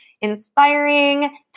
inspiring